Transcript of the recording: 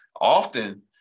often